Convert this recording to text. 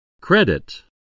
Credit